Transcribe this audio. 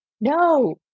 No